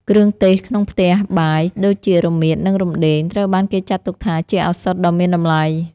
គ្រឿងទេសក្នុងផ្ទះបាយដូចជា រមៀត និងរំដេង ត្រូវបានគេចាត់ទុកថាជាឱសថដ៏មានតម្លៃ។